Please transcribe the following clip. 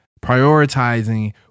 Prioritizing